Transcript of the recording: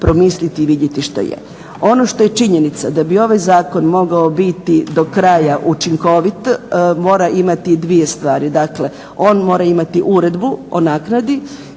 promisliti i vidjeti što je. Ono što je činjenica da bi ovaj zakon mogao biti do kraja učinkovit mora imati dvije stvari. Dakle, on mora imati uredbu o naknadi